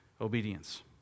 obedience